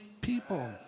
people